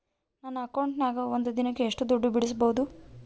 ನನ್ನ ಅಕೌಂಟಿನ್ಯಾಗ ಒಂದು ದಿನಕ್ಕ ಎಷ್ಟು ದುಡ್ಡು ಬಿಡಿಸಬಹುದು?